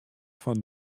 fan